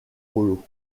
paulo